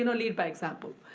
you know lead by example.